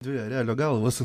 dvi erelio galvos